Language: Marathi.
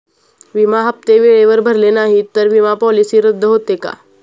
विमा हप्ते वेळेवर भरले नाहीत, तर विमा पॉलिसी रद्द होते का?